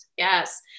Yes